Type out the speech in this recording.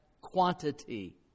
quantity